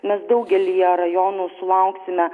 mes daugelyje rajonų sulauksime